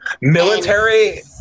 Military